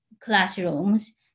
classrooms